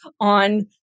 on